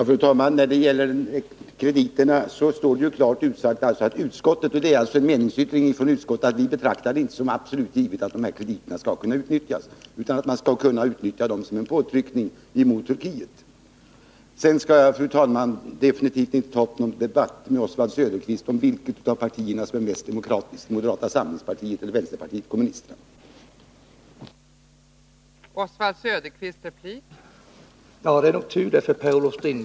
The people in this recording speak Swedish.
Fru talman! Det står klart utsagt att utskottet inte betraktar det som absolut givet att krediterna skall kunna utnyttjas, utan de skall kunna användas som påtryckning mot Turkiet. Jag skall definitivt inte ta upp någon debatt med Oswald Söderqvist om vilket av partierna, moderata samlingspartiet eller vänsterpartiet kommunisterna, som är mest demokratiskt.